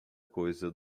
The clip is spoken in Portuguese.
coisa